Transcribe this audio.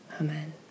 amen